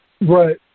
Right